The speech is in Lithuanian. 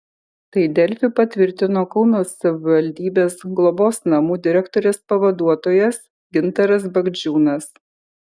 tai delfi patvirtino kauno savivaldybės globos namų direktorės pavaduotojas gintaras bagdžiūnas